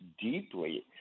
deeply